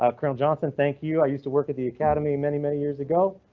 ah colonel john. so and thank you, i used to work at the academy many many years ago.